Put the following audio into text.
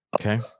Okay